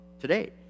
Today